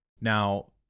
Now